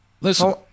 listen